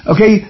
Okay